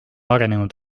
arenenud